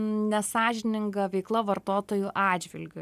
nesąžininga veikla vartotojų atžvilgiu